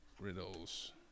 riddles